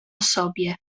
sobie